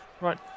Right